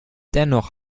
dennoch